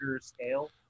scale